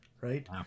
right